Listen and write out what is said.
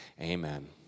Amen